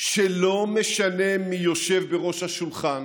שלא משנה מי יושב בראש השולחן